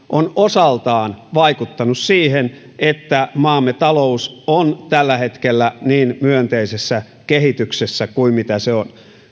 on osaltaan vaikuttanut siihen että maamme talous on tällä hetkellä niin myönteisessä kehityksessä kuin mitä se on